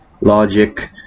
logic